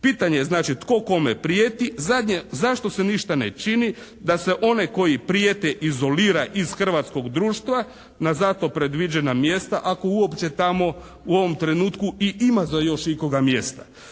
Pitanje je znači tko kome prijeti? Zašto se ništa ne čini da se one koji prijete izolira iz hrvatskog društva na za to predviđena mjesta? Ako uopće tamo u ovom trenutku i ima za još ikoga mjesta.